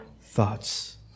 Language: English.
thoughts